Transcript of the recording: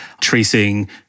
tracing